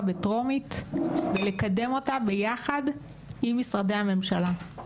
בטרומית ולקדם אותה ביחד עם משרדי הממשלה.